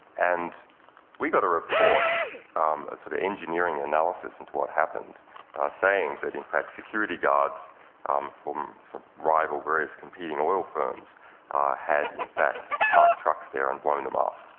and we got a report a sort of engineering analysis into what happened saying that, in fact, security guards from some rival, various competing oil firms had, in fact, parked trucks there and blown them up.